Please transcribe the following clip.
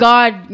God